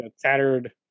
tattered –